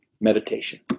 meditation